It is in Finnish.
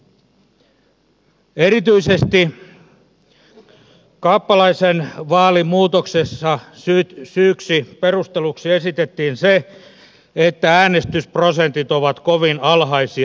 erityisesti kappalaisen vaalimuutoksessa syyksi perusteluksi esitettiin se että äänestysprosentit ovat kovin alhaisia